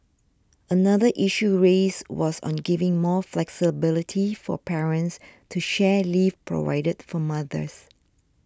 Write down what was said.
another issue raised was on giving more flexibility for parents to share leave provided for mothers